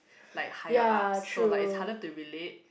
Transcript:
like higher ups so like it is harder to relate